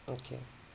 okay